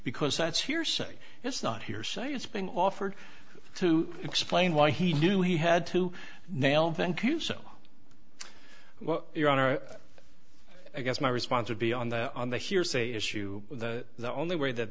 because that's hearsay it's not hearsay it's being offered to explain why he knew he had to nail thank you so well your honor i guess my response would be on the on the hearsay issue the only way that